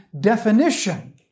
definition